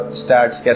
stats